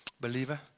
Believer